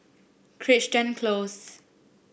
Crichton Close